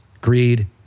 greed